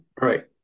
Right